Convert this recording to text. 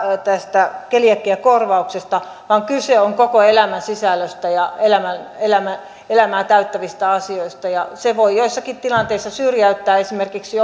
tästä keliakiakorvauksesta kyse on koko elämän sisällöstä ja elämää elämää täyttävistä asioista se voi joissakin tilanteissa syrjäyttää esimerkiksi